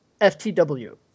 FTW